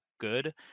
good